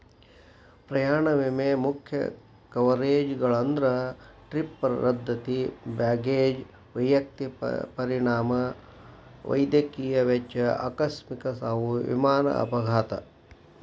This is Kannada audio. ಪ್ರಯಾಣ ವಿಮೆ ಮುಖ್ಯ ಕವರೇಜ್ಗಳಂದ್ರ ಟ್ರಿಪ್ ರದ್ದತಿ ಬ್ಯಾಗೇಜ್ ವೈಯಕ್ತಿಕ ಪರಿಣಾಮ ವೈದ್ಯಕೇಯ ವೆಚ್ಚ ಆಕಸ್ಮಿಕ ಸಾವು ವಿಮಾನ ಅಪಘಾತ